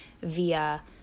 via